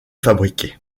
fabriqué